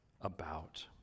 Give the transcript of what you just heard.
about